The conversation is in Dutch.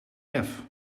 jef